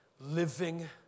living